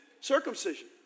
circumcision